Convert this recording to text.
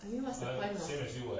I mean what's the point of